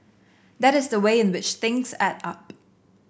that is the way in which things add up